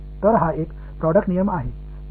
எனவே இது ஒரு ப்ரோடெக்ட் ரூல்